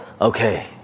okay